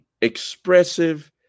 expressive